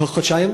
בתוך חודשיים?